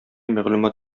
мәгълүмат